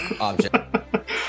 object